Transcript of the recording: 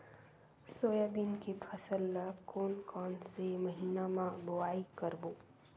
Soybean के फसल ल कोन कौन से महीना म बोआई करबो?